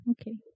okay